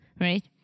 Right